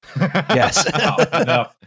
Yes